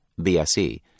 BSE